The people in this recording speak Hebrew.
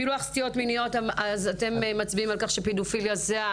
פילוח סטיות מיניות אתם מצביעים על כך שפדופיליה זה,